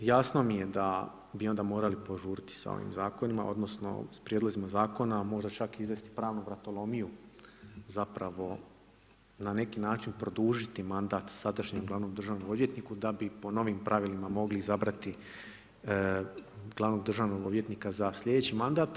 Jasno mi je da bi onda morali požuriti sa ovim zakonima odnosno s prijedlozima zakona možda čak izvesti pravnu vratolomiju zapravo na neki način produžiti mandat sadašnjem glavnom državnom odvjetniku da bi po novim pravilima mogli izabrati glavnog državnog odvjetnika za sljedeći mandat.